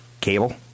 cable